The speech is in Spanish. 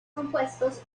compuestos